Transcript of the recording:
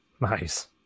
nice